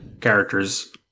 characters